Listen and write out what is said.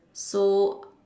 so